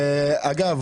אגב,